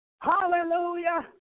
Hallelujah